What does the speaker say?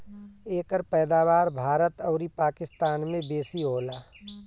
एकर पैदावार भारत अउरी पाकिस्तान में बेसी होला